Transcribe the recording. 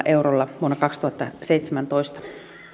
eurolla vuonna kaksituhattaseitsemäntoista